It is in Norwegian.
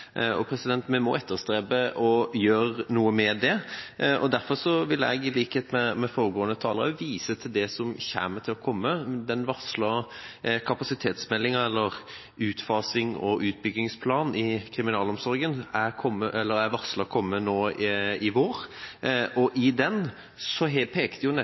Vi må etterstrebe å gjøre noe med det. Derfor vil jeg i likhet med foregående taler vise til det som kommer til å komme. Kapasitetsmeldinga, eller utfasing- og utbyggingsplanen i kriminalomsorgen, er varslet å komme nå i vår. I den pekte justiskomiteen på – og det regner jeg med var enstemmig, om ikke i merknaden så